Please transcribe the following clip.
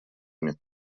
ими